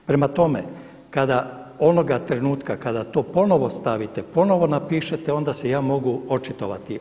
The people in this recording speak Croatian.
Prema tome, kada, onoga trenutka kada to ponovo stavite, ponovo napišete onda se ja mogu očitovati.